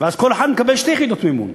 ואז כל אחד מקבל שתי יחידות מימון.